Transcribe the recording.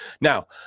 now